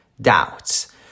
doubts